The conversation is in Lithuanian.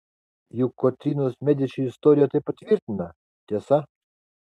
juk kotrynos mediči istorija tai patvirtina tiesa